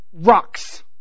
rocks